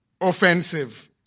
offensive